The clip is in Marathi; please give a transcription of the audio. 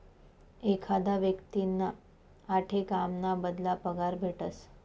एखादा व्यक्तींना आठे काम ना बदला पगार भेटस